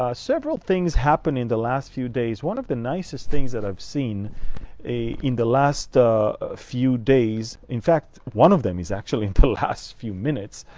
ah several things happened in the last few days. one of the nicest things that i've seen in the last few days. in fact, one of them is actually until last few minutes.